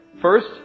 First